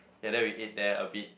ya then we ate there a bit